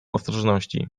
ostrożności